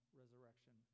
resurrection